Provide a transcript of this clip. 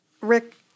Rick